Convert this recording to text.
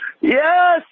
yes